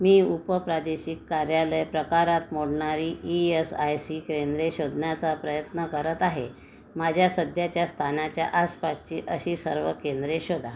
मी उपप्रादेशिक कार्यालय प्रकारात मोडणारी ई एस आय सी केंद्रे शोधण्याचा प्रयत्न करत आहे माझ्या सध्याच्या स्थानाच्या आसपासची अशी सर्व केंद्रे शोधा